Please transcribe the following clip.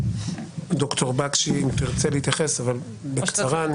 ד"ר בקשי, אם תרצה להתייחס אבל בקצרה.